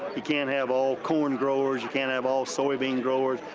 you can't have all corn growers, you can't have all soybean growers,